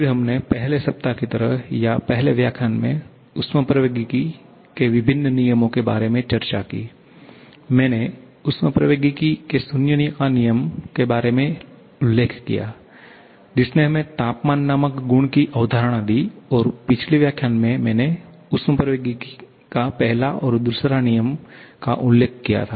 फिर हमने पहले सप्ताह की तरह या पहले व्याख्यान में ऊष्मप्रवैगिकी के विभिन्न नियमो के बारे में चर्चा की मैंने ऊष्मप्रवैगिकी के शून्य का नियम के बारे में उल्लेख किया जिसने हमें तापमान नामक गुण की अवधारणा दी और पिछले व्याख्यान में मैंने ऊष्मप्रवैगिकी का पहला और दूसरा नियम first second law of thermodynamics का उलेख्ख किया था